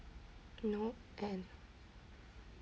no end